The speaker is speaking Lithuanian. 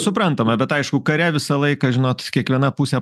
suprantama bet aišku kare visą laiką žinot kiekviena pusė